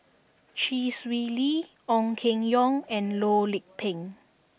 Chee Swee Lee Ong Keng Yong and Loh Lik Peng